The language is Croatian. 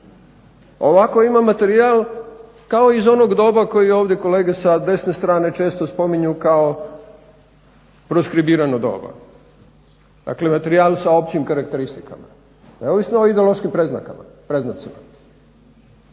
ovako imam materijal kao iz onog doba koji ovdje kolege sa desne strane često spominju kao proshibirano doba, dakle materijal sa općim karakteristikama, neovisno o ideološkim predznacima.